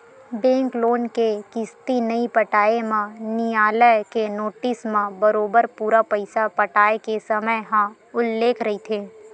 bank loan के किस्ती नइ पटाए म नियालय के नोटिस म बरोबर पूरा पइसा पटाय के समे ह उल्लेख रहिथे